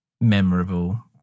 memorable